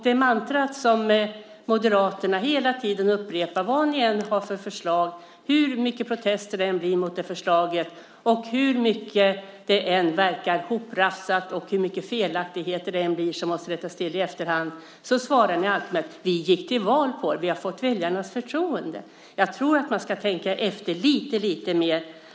Det mantra Moderaterna hela tiden upprepar, vad ni än har för förslag, hur mycket protester det än blir mot förslaget, hur mycket det än verkar hoprafsat och hur mycket felaktigheter det än blir som måste rättas till i efterhand, är: "Vi gick till val på detta, och vi har fått väljarnas förtroende." Jag tror att man ska tänka efter lite mer.